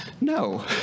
no